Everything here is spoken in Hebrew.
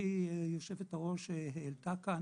שגברתי יושבת הראש העלתה כאן.